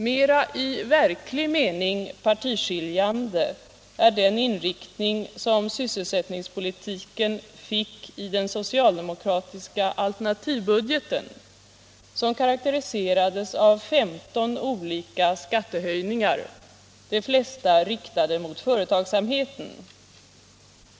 Mera i verklig mening partiskiljande är den inriktning som sysselsättningspolitiken fick i den socialdemokratiska alternativbudgeten, som karaktäriserades av 15 olika skattehöjningar, de flesta riktade mot företagsamheten.